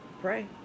pray